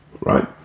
right